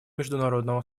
международного